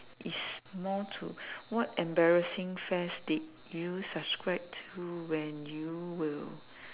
is more to what embarrassing fads did you subscribe to when you were